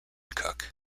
cook